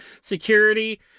Security